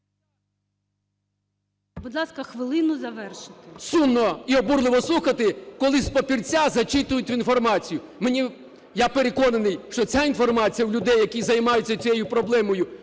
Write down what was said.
Будь ласка, хвилину, завершити. ЛИТВИН В.М. Сумно і обурливо слухати, коли з папірця зачитують інформацію. Я переконаний, що ця інформація в людей, які займаються цією проблемою,